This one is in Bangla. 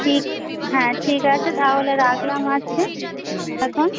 ঠিক হ্যাঁ ঠিক আছে তাহলে রাখলাম আজকে এখন